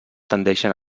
tendeixen